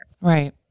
Right